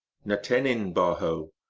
ntenin ba ho!